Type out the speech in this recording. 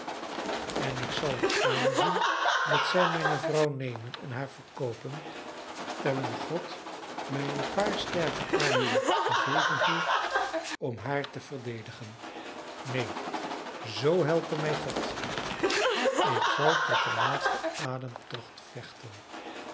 en ik zal het aanzien dat zij mijne vrouw nemen en haar verkoopen terwijl god mij een paar sterke armen gegeven heeft om haar te verdedigen neen zoo helpe mij god ik zal tot den laatsten ademtocht vechten